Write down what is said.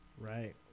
right